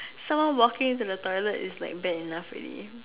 someone walking into the toilet is like bad enough already